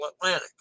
Atlantic